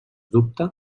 dubte